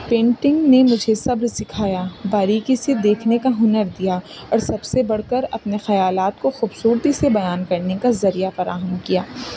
painting نے مجھے صبر سکھایا باریکی سے دیکھنے کا ہنر دیا اور سب سے بڑھ کر اپنے خیالات کو خوبصورتی سے بیان کرنے کا ذریعہ فراہم کیا